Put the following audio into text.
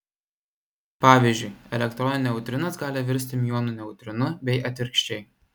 pavyzdžiui elektronų neutrinas gali virsti miuonų neutrinu bei atvirkščiai